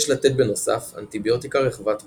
יש לתת בנוסף אנטיביוטיקה רחבת טווח.